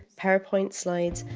powerpoint slides,